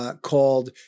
called